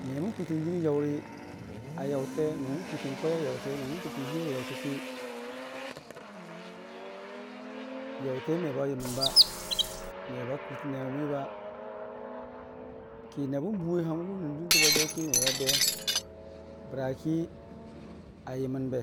Memən kwiitən jənii jaʊri a yaʊte memən kwiitən kwai a yaʊtee, me mən təktən hii a yaʊtə ki, yaʊte meb yəməm, meba kɨrtəne wa n'mwi. ki na bə buwe hangʊ nən duntə mo abe ki mebabee bəraki ayəmənbe,